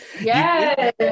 yes